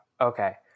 Okay